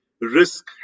risk